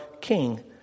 king